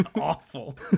awful